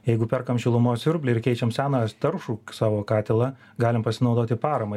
jeigu perkam šilumos siurblį ir keičiam seną taršų savo katilą galim pasinaudoti parama